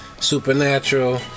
Supernatural